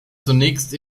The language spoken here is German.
zunächst